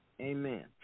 Amen